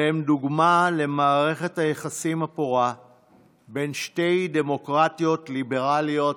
והם דוגמה למערכת היחסים הפורה בין שתי דמוקרטיות ליברליות